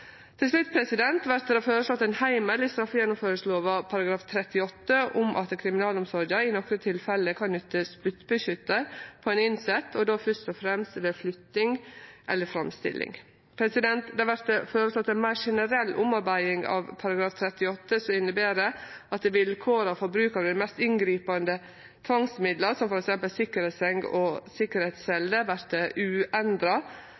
Til slutt vert det føreslått ein heimel i straffegjennomføringslova § 38 om at kriminalomsorga i nokre tilfelle kan nytte spyttbeskyttar på ein innsett, og då fyrst og fremst ved flytting eller framstilling. Det vert føreslått ei meir generell omarbeiding av § 38 som inneber at vilkåra for bruk av dei mest inngripande tvangsmidla, som f.eks. sikkerheitsseng og sikkerheitscelle, vert uendra, mens bruk av mindre inngripande tvangsmiddel, som